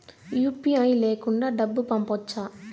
UPI లేకుండా డబ్బు పంపొచ్చా